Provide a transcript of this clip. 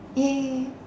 !yay!